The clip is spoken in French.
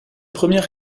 premières